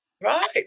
Right